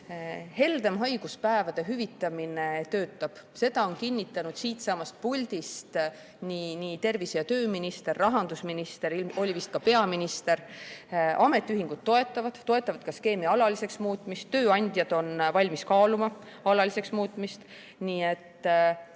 heldem haiguspäevade hüvitamine töötab. Seda on kinnitanud siitsamast puldist tervise‑ ja tööminister, rahandusminister, vist ka peaminister. Ametiühingud toetavad seda ja toetavad ka skeemi alaliseks muutmist. Tööandjad on valmis kaaluma alaliseks muutmist. Nii et